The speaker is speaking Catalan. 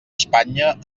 espanya